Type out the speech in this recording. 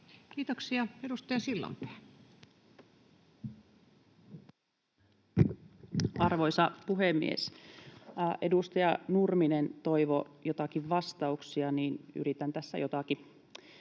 Kiitoksia. — Edustaja Sillanpää. Arvoisa puhemies! Kun edustaja Nurminen toivoi joitakin vastauksia, niin yritän tässä jotakin